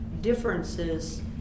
differences